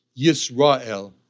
Yisrael